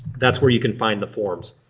that's where you can find the forms.